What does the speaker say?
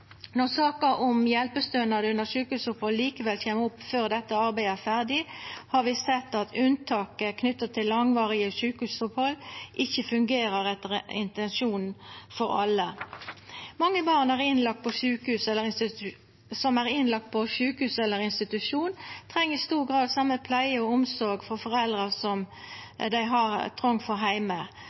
Når saka om hjelpestønad under sjukehusopphald likevel kjem opp før dette arbeidet er ferdig, er det fordi vi har sett at unntaket knytt til langvarige sjukehusopphald ikkje fungerer etter intensjonen for alle. Mange barn som er innlagde på sjukehus eller institusjon, treng i stor grad same pleie og omsorg frå foreldra der som heime. Dette vil sjølvsagt variera ut frå kva alder barnet har,